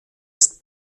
ist